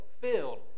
filled